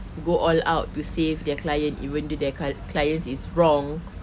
go all out to save their client even though their cla~ clients is wrong